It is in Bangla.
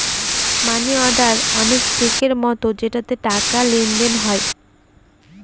মানি অর্ডার অনেক চেকের মতো যেটাতে টাকার লেনদেন হয়